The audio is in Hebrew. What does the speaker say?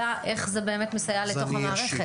שנדע איך זה באמת מסייע לתוך המערכת.